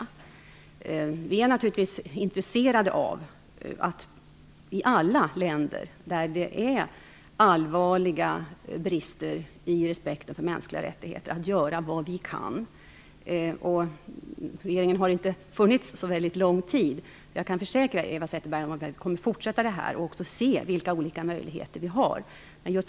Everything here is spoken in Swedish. Vi i regeringen är naturligtvis intresserade av att i alla länder där det råder allvarliga brister i respekten för mänskliga rättigheter göra vad vi kan. Nu har ju inte den nya regeringen suttit så lång tid, men jag kan försäkra Eva Zetterberg att regeringen kommer att fortsätta att bevaka detta, för att se vilka möjligheter som finns.